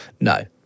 No